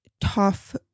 tough